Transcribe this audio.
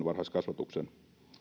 varhaiskasvatuksen